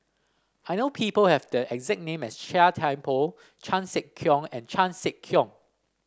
I know people have the exact name as Chia Thye Poh Chan Sek Keong and Chan Sek Keong